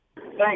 Thanks